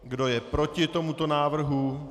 Kdo je proti tomuto návrhu?